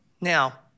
Now